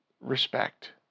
respect